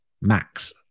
Max